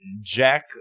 Jack